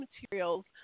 materials